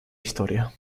historia